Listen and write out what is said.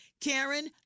Karen